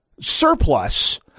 surplus